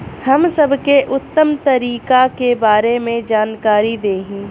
हम सबके उत्तम तरीका के बारे में जानकारी देही?